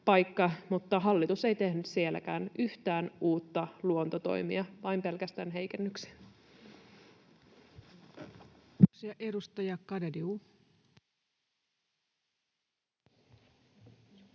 mutta hallitus ei tehnyt sielläkään yhtään uutta luontotoimea, vaan pelkästään heikennyksiä.